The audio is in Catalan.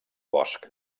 bosc